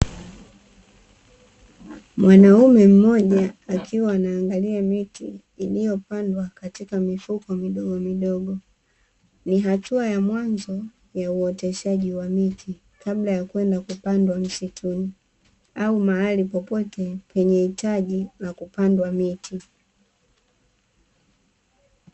Mwanaume mmoja akiwa anaangalia miti iliyopandwa katika mifuko midogo midogo, ni hatua ya mwanzo ya uoteshaji wa miti kabla ya kwenda kupandwa msituni au mahali popote penye hitaji la kupandwa miti.